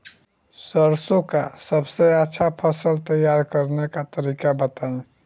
सरसों का सबसे अच्छा फसल तैयार करने का तरीका बताई